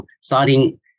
starting